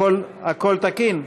הכול תקין?